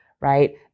right